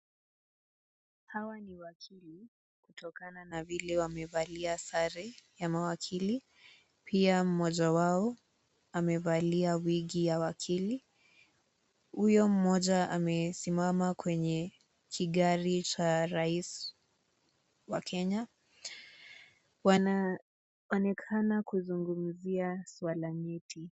Hawa ni wakili kutokana na vile wamevalia sare ya mawakili pia mmoja wao amevali wigi ya wakili huyo mmoja amesimama kwenye kigari cha rais wa kenya wanaonekana kuzungumzia swala nyeti.